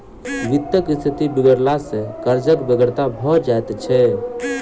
वित्तक स्थिति बिगड़ला सॅ कर्जक बेगरता भ जाइत छै